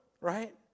Right